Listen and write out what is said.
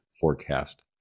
forecast